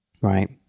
right